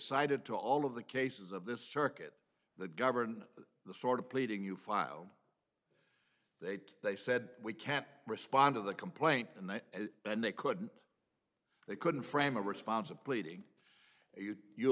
cited to all of the cases of this circuit the govern the sort of pleading you filed they they said we can't respond to the complaint and then they couldn't they couldn't frame a response of pleading you